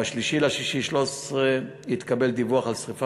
ב-3 ביוני 2013 התקבל דיווח על שרפה